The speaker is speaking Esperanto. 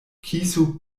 kiso